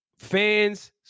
Fans